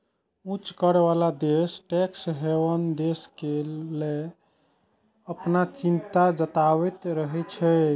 उच्च कर बला देश टैक्स हेवन देश कें लए कें अपन चिंता जताबैत रहै छै